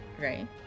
right